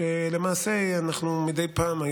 כשלמעשה אנחנו מדי פעם,